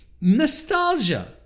Nostalgia